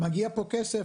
מגיע פה כסף,